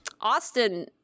Austin